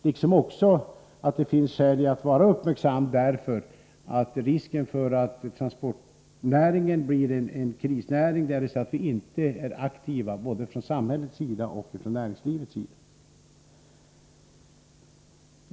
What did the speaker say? Det finns också skäl att vara uppmärksam, eftersom risken är att transportnäringen blir en krisnäring, därest vi inte är aktiva både från samhällets sida och från näringslivets sida.